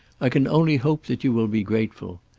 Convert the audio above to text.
i can only hope that you will be grateful.